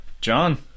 John